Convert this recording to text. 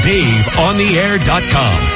DaveOnTheAir.com